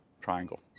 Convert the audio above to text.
triangle